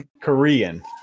Korean